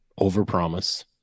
overpromise